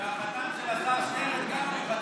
וגם החתן של השר שטרן הוא אבוחצירא.